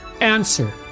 Answer